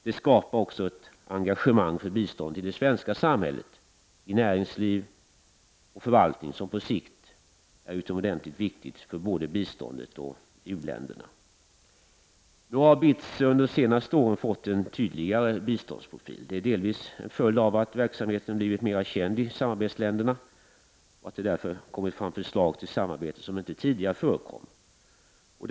Det skapar också ett engagemang för bistånd i det svenska samhället, i näringsliv och förvaltning, och detta är på sikt utomordentligt viktigt för både biståndet och uländerna. BITS har under de senaste åren fått en tydligare biståndsprofil. Detta är delvis en följd av att verksamheten har blivit mer känd i samarbetsländerna och att det därför har kommit fram förslag till samarbete på områden där samarbete tidigare inte har förekommit.